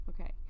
Okay